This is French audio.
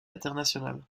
internationale